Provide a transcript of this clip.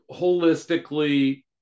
holistically